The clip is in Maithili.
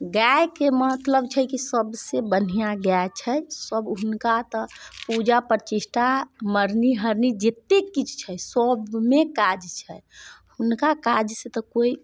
गाएके मतलब छै कि सभसँ बढ़िआँ गाय छै सभ हिनका तऽ पूजा प्रतिष्ठा मरनी हरनी जतेक किछु छै सभमे काज छै हुनका काजसँ तऽ कोइ